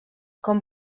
com